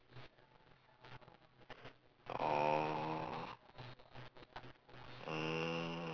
orh mm